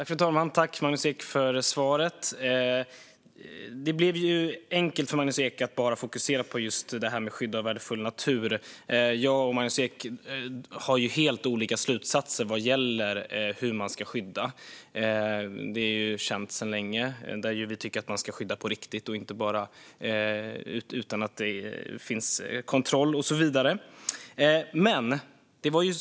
Fru talman! Jag tackar Magnus Ek för svaren. Det blev enkelt för Magnus Ek att bara fokusera på skydd av värdefull natur. Jag och Magnus Ek drar helt olika slutsatser vad gäller hur man ska skydda värdefull natur, vilket är känt sedan länge. Vi tycker att man ska skydda på riktigt. Det ska finnas kontroll och så vidare.